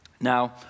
Now